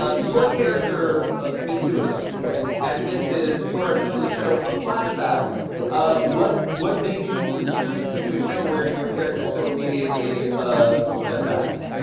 ah your character commits suicide. yes. and this is you are still in the show, from flashbacks. yeah yes. what made you choose to do a show where your character so immediately ah ah dies?